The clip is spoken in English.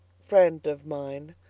friend of mine.